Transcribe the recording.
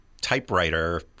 typewriter